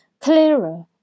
clearer